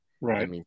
Right